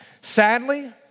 Sadly